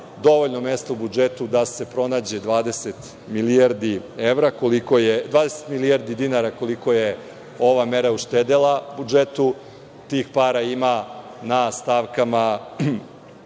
dovoljno mesta u budžetu da se pronađe 20 milijardi dinara, koliko je ova mera uštedela budžetu. Tih para ima na stavkama